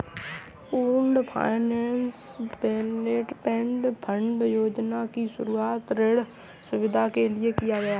pooled finance development fund योजना की शुरूआत ऋण सुविधा के लिए किया गया है